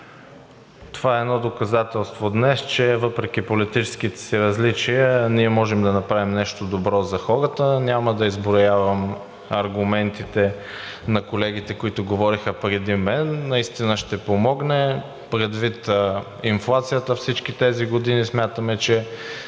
Това е едно доказателство днес, че въпреки политическите си различия ние можем да направим нещо добро за хората. Няма да изброявам аргументите на колегите, които говориха преди мен. Наистина ще помогне. Предвид инфлацията всички тези години, смятаме, че